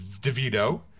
Devito